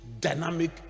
dynamic